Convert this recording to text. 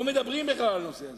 לא מדברים בכלל על הנושא הזה.